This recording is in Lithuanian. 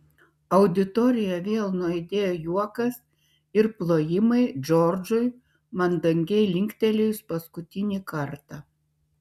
auditorijoje vėl nuaidėjo juokas ir plojimai džordžui mandagiai linktelėjus paskutinį kartą